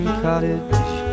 cottage